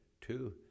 two